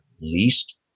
least